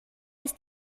ist